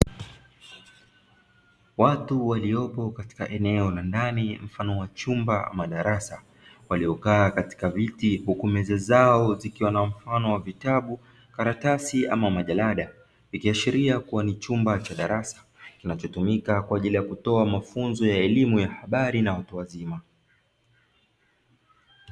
Watu waliopo katika eneo la ndani mfano wa chumba ama darasa, waliokaa katika viti, huku meza zao zikiwa na mfano wa vitabu, karatasi ama majalada, ikiashiria kuwa ni chumba cha darasa, kinachotumika kwa ajili ya kutoa mafunzo ya habari na watu wazima.